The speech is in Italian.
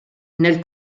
nel